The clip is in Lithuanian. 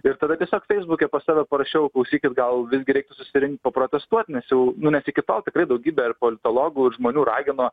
ir tada tiesiog feisbuke pas save parašiau klausykit gal visgi reiktų susirinkt paprotestuot nes jau nu nes iki to tikrai daugybė ir politologų ir žmonių ragino